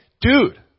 dude